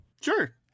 Sure